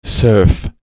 Surf